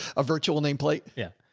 a virtual nameplate. yeah.